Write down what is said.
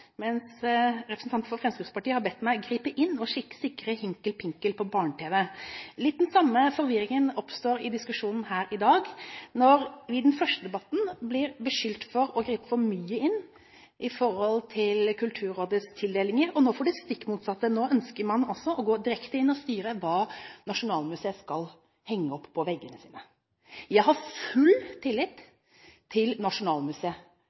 mens representanter for Fremskrittspartiet har bedt meg gripe inn og sikre Hinkelpinkel på barne-tv. Litt av den samme forvirringen oppstår i diskusjonen her i dag, når vi i den første debatten blir beskyldt for å gripe for mye inn i forhold til Kulturrådets tildelinger, og nå får vi det stikk motsatte – nå ønsker man å gå direkte inn og styre hva Nasjonalmuseet skal henge opp på veggene. Jeg har full tillit til Nasjonalmuseet